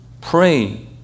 Pray